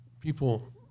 people